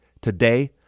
Today